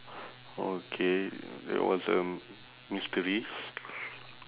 okay that was a mysteries